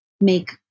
make